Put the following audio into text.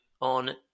on